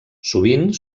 sovint